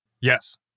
Yes